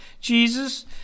Jesus